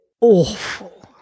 awful